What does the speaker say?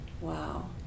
wow